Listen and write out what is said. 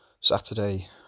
Saturday